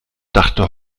dachte